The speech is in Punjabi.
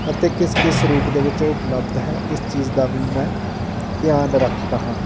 ਅਤੇ ਕਿਸ ਕਿਸ ਰੂਪ ਦੇ ਵਿੱਚ ਉਹ ਉਪਲਬਧ ਹੈ ਇਸ ਚੀਜ਼ ਦਾ ਵੀ ਮੈਂ ਧਿਆਨ ਰੱਖਦਾ ਹਾਂ